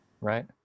right